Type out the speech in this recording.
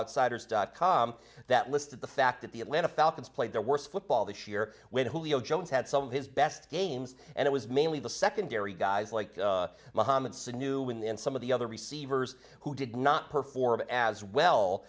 outsiders dot com that listed the fact that the atlanta falcons played their worst football this year when julio jones had some of his best games and it was mainly the secondary guys like muhammad sunu in the end some of the other receivers who did not perform as well